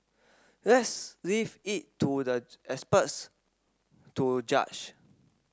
let's leave it to the experts to judge